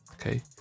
Okay